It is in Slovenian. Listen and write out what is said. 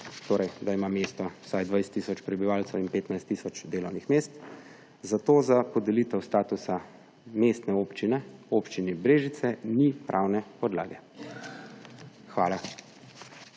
torej da ima mesto vsaj 20 tisoč prebivalcev in 15 tisoč delovnih mest, zato za podelitev statusa mestne občine Občini Brežice ni pravne podlage. Hvala.